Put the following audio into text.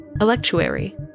Electuary